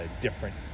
different